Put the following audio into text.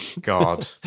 God